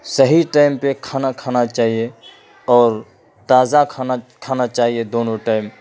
صحیح ٹائم پہ کھانا کھانا چاہیے اور تازہ کھانا کھانا چاہیے دونوں ٹائم